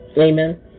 Amen